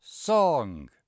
Song